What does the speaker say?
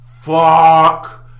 Fuck